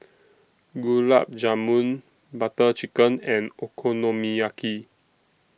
Gulab Jamun Butter Chicken and Okonomiyaki